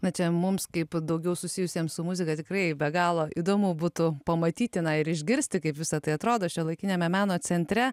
na čia mums kaip daugiau susijusiems su muzika tikrai be galo įdomu būtų pamatyti na ir išgirsti kaip visa tai atrodo šiuolaikiniame meno centre